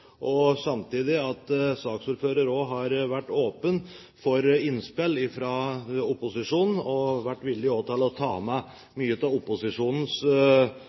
og samtidig for at han også har vært åpen for innspill fra opposisjonen, og vært villig til å ta med mange av opposisjonens